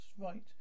right